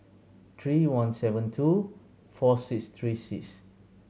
three one seven two four six three six